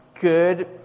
good